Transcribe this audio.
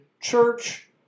church